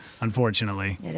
unfortunately